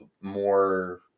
more